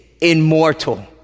immortal